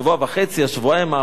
שבועיים האחרונים,